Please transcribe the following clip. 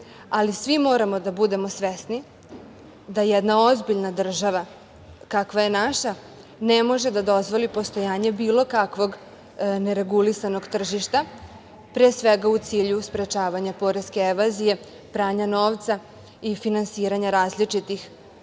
ali svi moramo da budemo svesni da jedna ozbiljna država, kakva je naša, ne može da dozvoli postojanje bilo kakvog neregulisanog tržišta, pre svega u cilju sprečavanja poreske evazije, pranja novca i finansiranja različitih